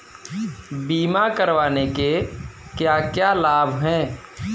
बीमा करवाने के क्या क्या लाभ हैं?